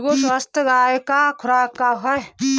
एगो स्वस्थ गाय क खुराक का ह?